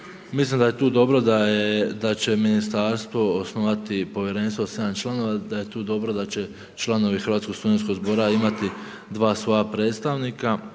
Mislim da je tu dobro da će ministarstvo osnovati povjerenstvo od 7 članova. Da je tu dobro da će članovi Hrvatskog studentskog zbora imati 2 svoja predstavnika